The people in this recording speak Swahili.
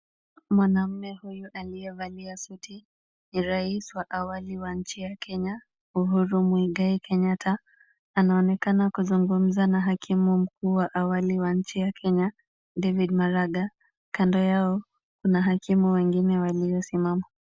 Mwanaume huyu aliyevalia suti ni Rais wa awali wa nchi ya Kenya, Uhuru Muigai Kenyatta. Anaonekana kuzungumza na hakimu mkuu wa awali wa nchi ya Kenya, David Maraga. Kando yao kuna hakimu wengine waliosimama.